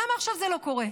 למה עכשיו זה לא קורה?